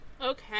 Okay